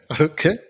Okay